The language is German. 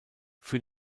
für